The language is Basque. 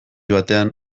batean